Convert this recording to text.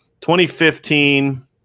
2015